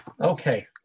Okay